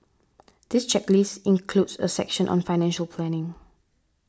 this checklist includes a section on financial planning